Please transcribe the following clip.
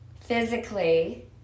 physically